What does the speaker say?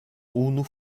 unu